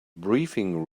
briefing